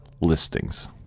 Listings